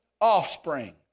offspring